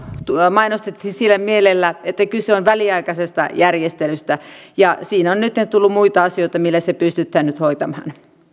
mainostettiin sillä mielellä että kyse on väliaikaisesta järjestelystä ja siinä on nytten tullut muita asioita millä se pystytään nyt hoitamaan